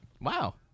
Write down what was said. Wow